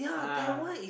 ah